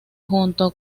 junto